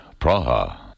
Praha